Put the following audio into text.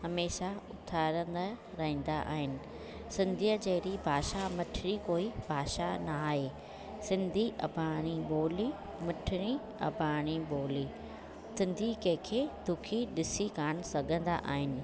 हमेशह उथारंदा रहंदा आहिनि सिंधीअ जहिड़ी मिठिड़ी भाषा कोई भाषा न आहे सिंधी अबाणी ॿोली मिठिड़ी अबाणी ॿोली सिंधी कंहिंखे दुखी ॾिसी कान सघंदा आहिनि